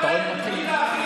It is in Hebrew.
איזו דמגוגיה.